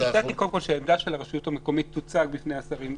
הצעתי קודם כול שהעמדה של הרשות המקומית תוצג בפני השרים.